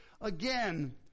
Again